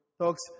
Talks